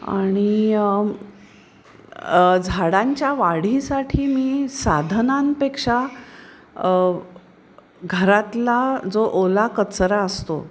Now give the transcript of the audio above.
आणि झाडांच्या वाढीसाठी मी साधनांपेक्षा घरातला जो ओला कचरा असतो